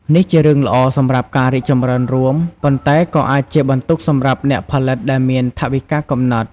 នេះជារឿងល្អសម្រាប់ការរីកចម្រើនរួម ប៉ុន្តែក៏អាចជាបន្ទុកសម្រាប់អ្នកផលិតដែលមានថវិកាកំណត់។